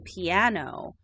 piano